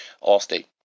all-state